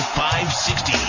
560